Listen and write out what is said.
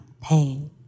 pain